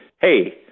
Hey